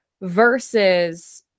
versus